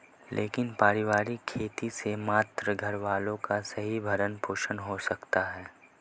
लेकिन पारिवारिक खेती से मात्र घरवालों का ही भरण पोषण हो सकता है